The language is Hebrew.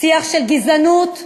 שיח של גזענות וסובלנות,